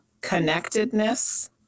connectedness